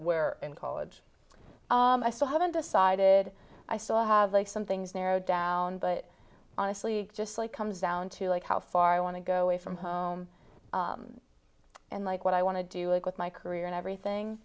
where in college i still haven't decided i still have like some things narrowed down but honestly just like comes down to like how far i want to go away from home and like what i want to do with my career and everything